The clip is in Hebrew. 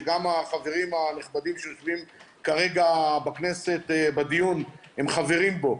שגם החברים הנכבדים שלי שיושבים כרגע בכנסת בדיון הם חברים בו,